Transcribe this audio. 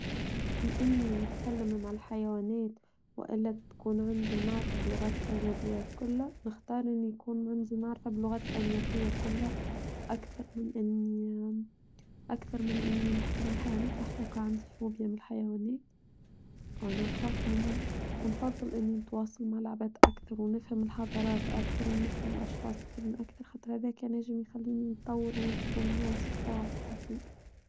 من أني نتكلم مع الحيوانات وإلا تكون عندي المعرفة بلغات الأجنبية كلها نختار أن يكون عندي معرفة بلغات الأجنبية كلها أكثر من أني نحكي مع الحيوانات لحقيقة عندي فوبيا من الحيوانات وأنا نخاف منهم ونفضل أني نتواصل مع العباد أكثر ونفهم الحاضرات أكثر ونفهم الأشخاص الأخرين أكثر حتى هذا كان يجب أن يتطور ونصر فيه على التطوير.